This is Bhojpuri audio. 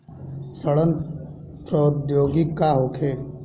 सड़न प्रधौगकी का होखे?